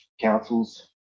councils